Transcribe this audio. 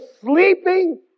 sleeping